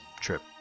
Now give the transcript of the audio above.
trip